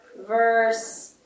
verse